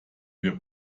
wir